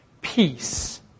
peace